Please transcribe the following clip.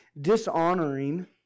dishonoring